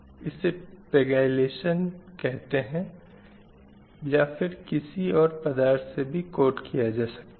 इस पेग़ीलेसन कहते हैं या फिर किसी और पदार्थ से भी कोट किया जा सकता है